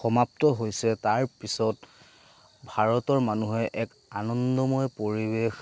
সমাপ্ত হৈছে তাৰপিছত ভাৰতৰ মানুহে এক আনন্দময় পৰিৱেশ